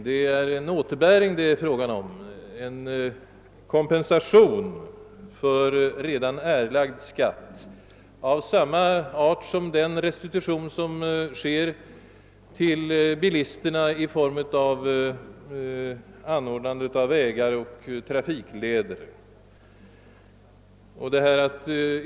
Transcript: Det är här snarare fråga om återbäring av redan erlagd skatt, en kompensation av samma slag som bilisterna erhåller i form av anordnandet av vägar och trafikleder.